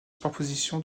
superposition